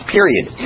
Period